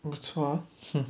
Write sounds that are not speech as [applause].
不错 ah [noise]